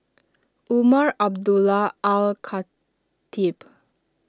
Umar Abdullah Al Khatib